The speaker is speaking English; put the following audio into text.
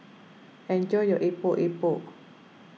enjoy your Epok Epok